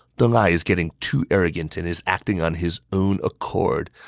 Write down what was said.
deng ai is getting too arrogant and is acting on his own accord.